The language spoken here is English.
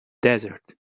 desert